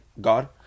god